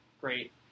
great